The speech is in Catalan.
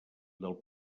del